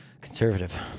conservative